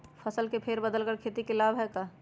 फसल के फेर बदल कर खेती के लाभ है का?